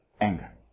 anger